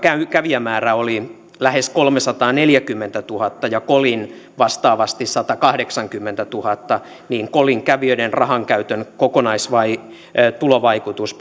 kävijämäärä oli lähes kolmesataaneljäkymmentätuhatta ja kolin vastaavasti satakahdeksankymmentätuhatta mutta kolin kävijöiden rahankäytön kokonaistulovaikutus